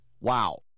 Wow